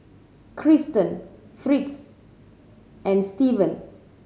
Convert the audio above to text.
Kristen Fritz and Stevan